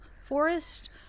forest